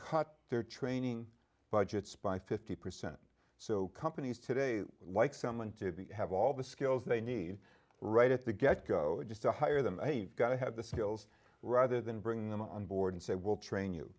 cut their training budgets by fifty percent so companies today like someone to have all the skills they need right at the get go just to hire them you've got to have the skills rather than bring them on board and say we'll train you